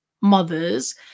mothers